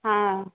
हँ